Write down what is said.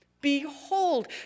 Behold